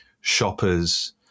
shoppers